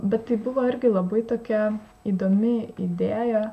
bet tai buvo irgi labai tokia įdomi idėja